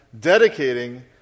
dedicating